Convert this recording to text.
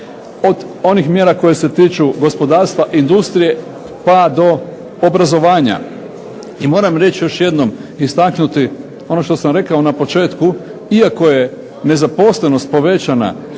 od onih mjera koje se tiču gospodarstva, industrije pa do obrazovanja i moram reći još jednom, istaknuti ono što sam rekao na početku. Iako je nezaposlenost povećana,